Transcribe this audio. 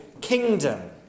kingdom